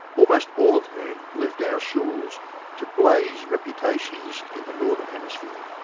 almost all of whom left our shores to blaze reputations in the northern hemisphere.